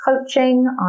Coaching